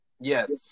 Yes